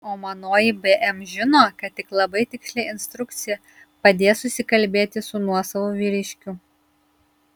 o manoji bm žino kad tik labai tiksli instrukcija padės susikalbėti su nuosavu vyriškiu